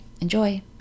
enjoy